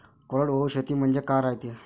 कोरडवाहू शेती म्हनजे का रायते?